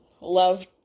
love